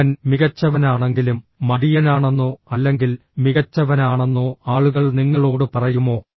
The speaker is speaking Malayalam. അവൻ മികച്ചവനാണെങ്കിലും മടിയനാണെന്നോ അല്ലെങ്കിൽ മികച്ചവനാണെന്നോ ആളുകൾ നിങ്ങളോട് പറയുമോ